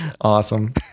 Awesome